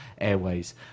Airways